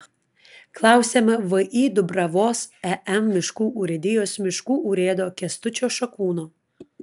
klausiame vį dubravos em miškų urėdijos miškų urėdo kęstučio šakūno